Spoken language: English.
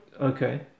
Okay